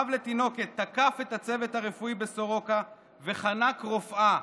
אב לתינוקת תקף את הצוות הרפואי בסורוקה וחנק רופאה,